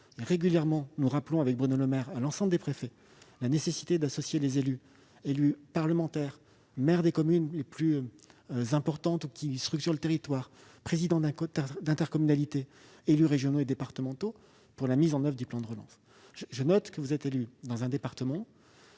Régulièrement, Bruno Le Maire et moi-même rappelons à l'ensemble des préfets la nécessité d'associer les élus- parlementaires, maires des communes les plus importantes ou qui structurent le territoire, présidents d'intercommunalité, élus régionaux et départementaux -à la mise en oeuvre du plan de relance. Monsieur le sénateur, je note que vous êtes un élu du département